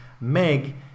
Meg